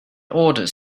orders